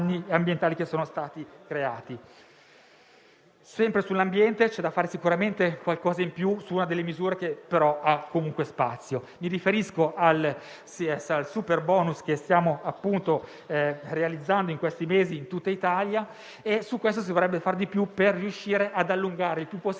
ambientali che sono stati creati. Sempre sull'ambiente, c'è da fare sicuramente qualcosa in più a proposito di una delle misure che ha comunque spazio; mi riferisco al superbonus che stiamo realizzando in questi mesi in tutta Italia. Si dovrebbe fare di più per riuscire ad allungare il più possibile